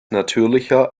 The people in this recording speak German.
natürlicher